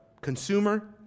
consumer